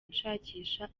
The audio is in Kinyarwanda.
nshakisha